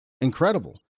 incredible